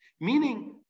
Meaning